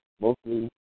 Mostly